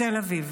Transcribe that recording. "תל אביב".